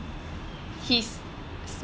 his